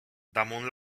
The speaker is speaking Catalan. damunt